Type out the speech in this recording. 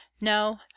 No